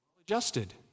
adjusted